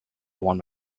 want